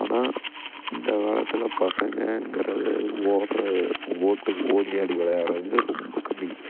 ஆனா இந்த காலத்தில் பசங்கங்கிறது ஓடுகிற ஓட்டு ஓடியாடி விளையாடுவது ரொம்ப கம்மி